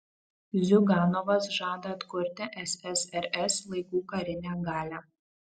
ziuganovas žada atkurti ssrs laikų karinę galią